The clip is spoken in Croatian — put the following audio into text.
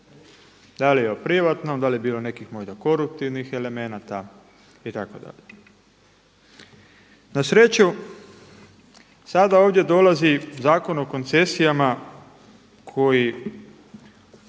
da li o privatnom, da li je bilo nekih možda koruptivnih elementa itd. Na sreću, sada ovdje dolazi zakon o koncesijama koji